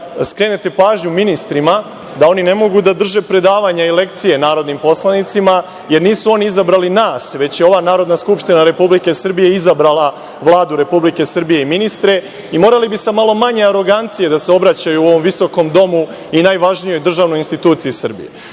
skrenete pažnju ministrima da oni ne mogu da drže predavanja i lekcije narodnim poslanicima, jer nisu oni izabrali nas, već je ova Narodna skupština Republike Srbije izabrala Vladu Republike Srbije i ministre i morali bi sa malo manje arogancije da se obraćaju ovom visokom domu i najvažnijoj državnoj instituciji Srbije. Želim